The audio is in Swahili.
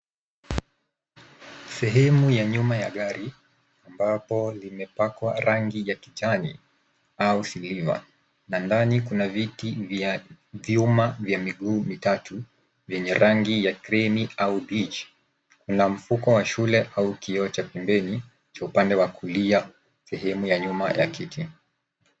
Sehemu ya nyuma ya gari ambapo limepakwa rangi ya kijani au silver . Na ndani kuna viti vya vyuma vya miguu mitatu, vyenye rangi ya krimu au beige . Kuna mfuko wa shule au kioo cha pembeni kwa upande wa kulia sehemu ya nyuma ya kiti.